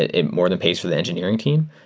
it more than pays for the engineering team,